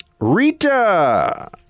Rita